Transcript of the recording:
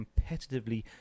competitively